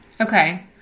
Okay